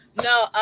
no